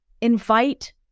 invite